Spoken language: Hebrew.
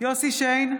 יוסף שיין,